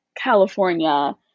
California